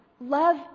Love